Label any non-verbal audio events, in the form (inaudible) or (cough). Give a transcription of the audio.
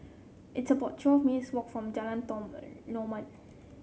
it's about twelve minutes' walk from Jalan (unintelligible)